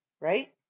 right